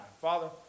Father